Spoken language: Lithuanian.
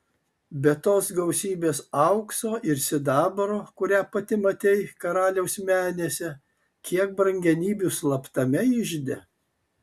be tos gausybės aukso ir sidabro kurią pati matei karaliaus menėse kiek brangenybių slaptame ižde